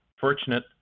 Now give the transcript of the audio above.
fortunate